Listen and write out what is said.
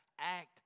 act